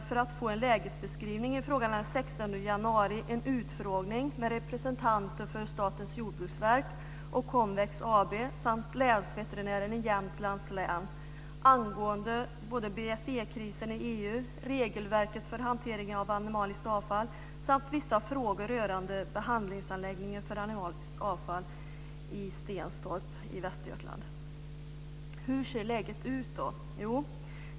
För att få en lägesbeskrivning i frågan anordnade utskottet den 16 januari en utfrågning med representanter för Statens jordbruksverk, Konvex AB och länsveterinären i Jämtlands län angående både BSE Hur ser då läget ut?